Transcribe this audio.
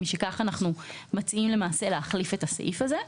משכך, אנחנו מציעים להחליף את הסעיף הזה.